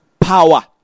power